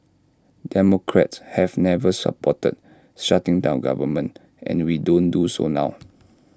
democrats have never supported shutting down government and we don't do so now